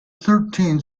thirteen